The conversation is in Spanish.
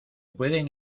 pueden